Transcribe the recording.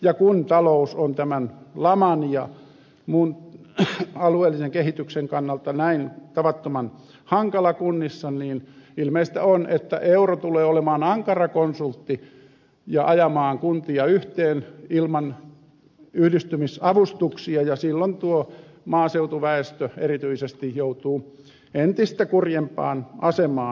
ja kun talous on tämän laman ja muun alueellisen kehityksen kannalta näin tavattoman hankala kunnissa niin ilmeistä on että euro tulee olemaan ankara konsultti ja ajamaan kuntia yhteen ilman yhdistymisavustuksia ja silloin tuo maaseutuväestö erityisesti joutuu entistä kurjempaan asemaan